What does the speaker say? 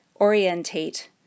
orientate-